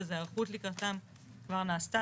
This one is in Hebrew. אז ההיערכות לקראתם כבר נעשתה.